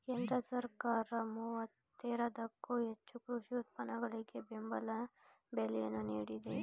ಕೇಂದ್ರ ಸರ್ಕಾರ ಮೂವತ್ತೇರದಕ್ಕೋ ಹೆಚ್ಚು ಕೃಷಿ ಉತ್ಪನ್ನಗಳಿಗೆ ಬೆಂಬಲ ಬೆಲೆಯನ್ನು ನೀಡಿದೆ